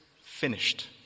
finished